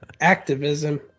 activism